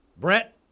Brett